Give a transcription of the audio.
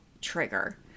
trigger